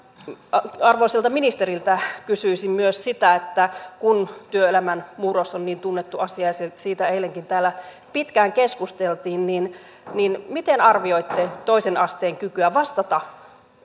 arvoisalta ministeriltä kysyisin myös kun työelämän murros on niin tunnettu asia ja siitä eilenkin täällä pitkään keskusteltiin miten arvioitte toisen asteen kykyä vastata